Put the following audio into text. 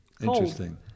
Interesting